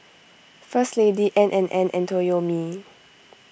First Lady N and N and Toyomi